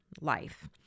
life